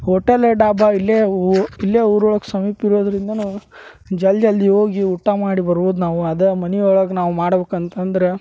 hotel dhaba ಇಲ್ಲೇ ಊ ಇಲ್ಲೇ ಊರೊಳಗ ಸಮೀಪ ಇರೋದರಿಂದನೂ ಜಲ್ದ ಜಲ್ದಿ ಹೋಗಿ ಊಟ ಮಾಡಿ ಬರ್ಬೋದು ನಾವು ಅದ ಮನಿಯೊಳಗ ನಾವು ಮಾಡ್ಬೇಕು ಅಂತಂದ್ರ